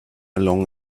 along